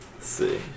see